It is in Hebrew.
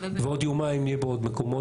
-- בעוד יומיים נהיה בעוד מקומות,